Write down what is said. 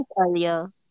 earlier